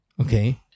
okay